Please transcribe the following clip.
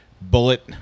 Bullet